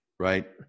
Right